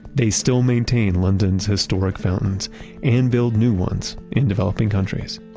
they still maintain london's historic fountains and build new ones in developing countries